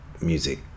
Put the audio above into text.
music